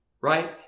right